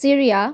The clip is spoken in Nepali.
सिरिया